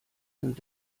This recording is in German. sind